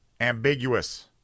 ambiguous